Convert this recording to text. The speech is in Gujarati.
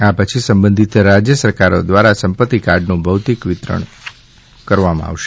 આ પછી સંબંધિત રાજ્ય સરકારો દ્વારા સંપત્તિ કાર્ડનું ભૌતિક વિતરણ કરવામાં આવશે